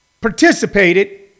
participated